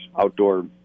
outdoor